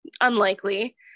unlikely